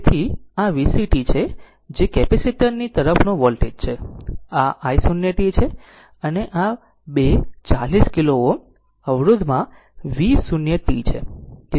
તેથી આ VCt છે જે કેપેસિટર ની તરફનો વોલ્ટેજ છે આ i 0 t છે અને આ 2 40 કિલો Ω અવરોધમાં V 0 t છે